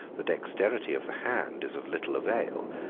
the dexterity of the hand is of little avail,